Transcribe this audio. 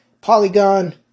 Polygon